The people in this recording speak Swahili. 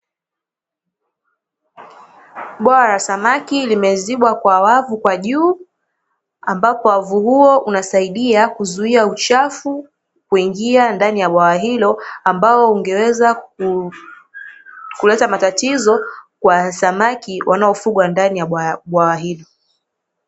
Bwawa la samaki limezibwa kwa wavu kwa juu, ambapo wavu huo unasaidia kuzuia uchafu kuingia ndani ya bwawa hilo, ambao ungeweza kuleta matatizo kwa samaki wanaofugwa ndani ya bwawa hilo.